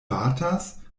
batas